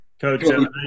Coach